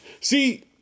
See